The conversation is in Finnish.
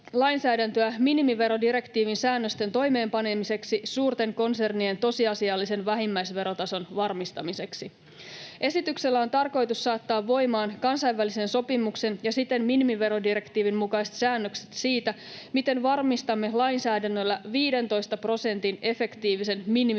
minimiverodirektiivin säännösten toimeenpanemiseksi suurten konsernien tosiasiallisen vähimmäisverotason varmistamiseksi. Esityksellä on tarkoitus saattaa voimaan kansainvälisen sopimuksen ja siten minimiverodirektiivin mukaiset säännökset siitä, miten varmistamme lainsäädännöllä 15 prosentin efektiivisen minimiveron